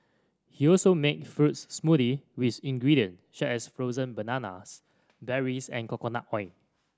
he also makes fruit smoothies with ingredient such as frozen bananas berries and coconut oil